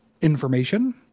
information